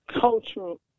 cultural